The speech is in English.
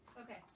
Okay